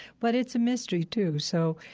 but it's a mystery, too. so,